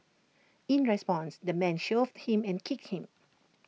in response the man shoved him and kicked him